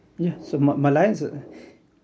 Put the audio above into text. yeah so merlion so